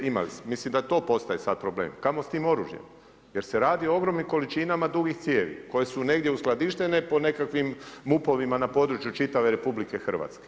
Imali su, mislim da to postaje sada problem, kamo s tim oružjem, jer se radi o ogromnim količinama dugih cijevi, koje su negdje uskladištene, po nekakvim MUP-ovima, na području čitave RH.